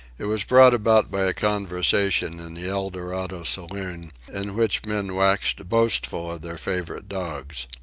it was brought about by a conversation in the eldorado saloon, in which men waxed boastful of their favorite dogs.